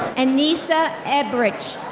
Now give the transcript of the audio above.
and enisa ibric.